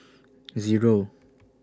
Zero